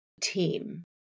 team